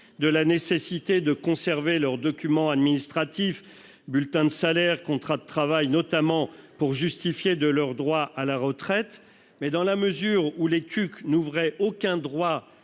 de la nécessité de conserver leurs documents administratifs, comme les bulletins de salaire ou les contrats de travail, pour justifier de leurs droits à la retraite. Or, dans la mesure où les TUC n'ouvraient aucun droit